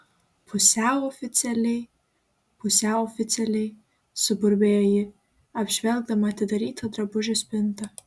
pusiau oficialiai pusiau oficialiai suburbėjo ji apžvelgdama atidarytą drabužių spintą